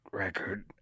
record